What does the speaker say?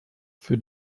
für